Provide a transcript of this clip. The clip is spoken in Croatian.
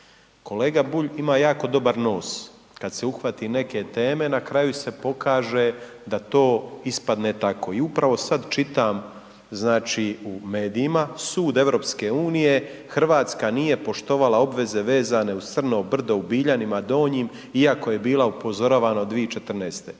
Kolega Bulj ima jako dobar nos, kad se uhvati neke teme, na kraju se pokaže da to ispadne tako i upravo sad čitam, znači, u medijima sud EU, RH nije poštovala obveze vezane uz Crno brdo u Biljanima donjim iako je bila upozoravana od 2014.,